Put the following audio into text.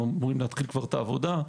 הם אמורים להתחיל את העבודה.